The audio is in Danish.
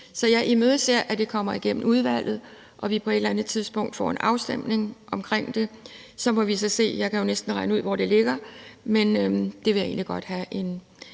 Jeg imødeser, at det kommer igennem i udvalget, og at vi på et eller andet tidspunkt får en afstemning om det. Jeg kan jo næsten regne ud, hvor det ligger, men det vil jeg egentlig godt have en